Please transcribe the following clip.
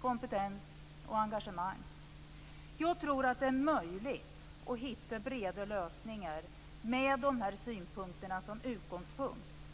kompetens och engagemang. Jag tror att det är möjligt att hitta breda lösningar med dessa synpunkter som utgångspunkt.